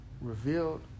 Revealed